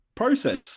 process